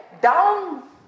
down